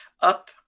up